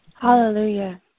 Hallelujah